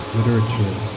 Literature